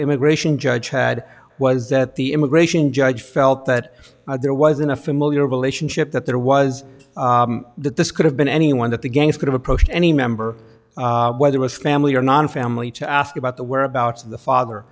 immigration judge had was that the immigration judge felt that there was in a familial relationship that there was that this could have been anyone that the gangs could have approached any member whether was family or non family to ask about the whereabouts of the father